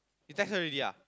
you text her already ah